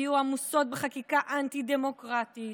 היו עמוסות בחקיקה אנטי-דמוקרטית,